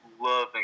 loving